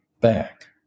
back